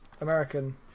American